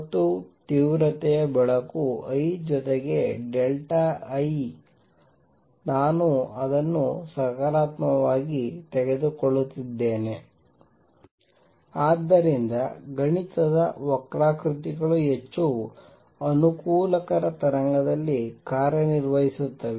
ಮತ್ತು ತೀವ್ರತೆಯ ಬೆಳಕು I ಜೊತೆಗೆ ಡೆಲ್ಟಾ I ನಾನು ಅದನ್ನು ಸಕಾರಾತ್ಮಕವಾಗಿ ತೆಗೆದುಕೊಳ್ಳುತ್ತಿದ್ದೇನೆ ಆದ್ದರಿಂದ ಗಣಿತದ ವಕ್ರಾಕೃತಿಗಳು ಹೆಚ್ಚು ಅನುಕೂಲಕರ ತರಂಗದಲ್ಲಿ ಕಾರ್ಯನಿರ್ವಹಿಸುತ್ತವೆ